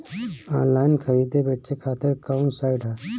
Online खरीदे बेचे खातिर कवन साइड ह?